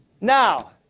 Now